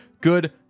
good